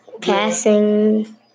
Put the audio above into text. passing